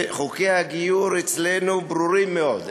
ברוך השם, חוקי הגיור ברורים מאוד.